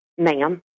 Ma'am